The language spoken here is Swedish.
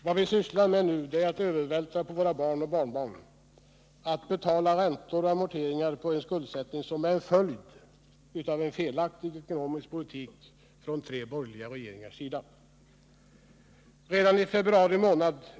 Det vi nu sysslar med är att på våra barn och barnbarn övervältra en skuld som de måste betala räntor och amorteringar på, en skuld som är en följd av tre borgerliga regeringars felaktigt förda ekonomiska politik.